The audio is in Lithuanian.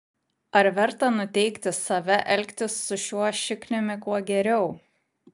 ar verta nuteikti save elgtis su šiuo šikniumi kuo geriau